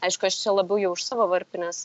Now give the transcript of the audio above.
aišku aš čia labiau jau iš savo varpinės